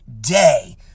day